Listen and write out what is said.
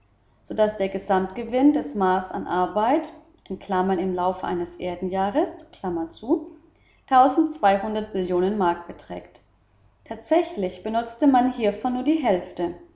so daß der gesamtgewinn des mars an arbeit im laufe eines jahres millionen mark beträgt tatsächlich benutzte man hiervon nur die hälfte